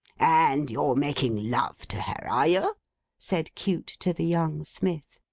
and you're making love to her, are you said cute to the young smith.